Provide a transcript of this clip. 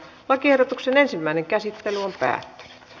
lakiehdotuksen ensimmäinen käsittely päättyi